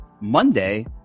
Monday